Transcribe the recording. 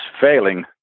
failing